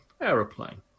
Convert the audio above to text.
aeroplane